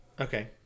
Okay